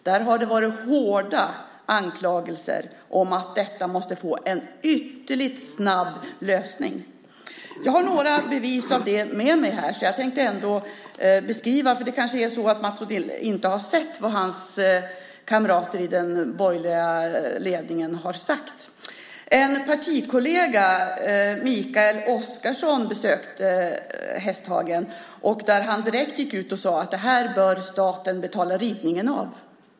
Det har varit hårda anklagelser om att detta måste få en ytterligt snabb lösning. Jag har med mig några bevis på det. Mats Odell kanske inte har sett vad hans kamrater i den borgerliga ledningen har sagt. En partikollega, Mikael Oscarsson, besökte Hästhagen. Han gick sedan direkt ut och sade: Det här bör staten betala rivningen av.